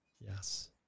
yes